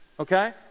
Okay